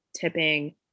tipping